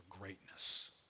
greatness